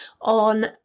on